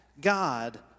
God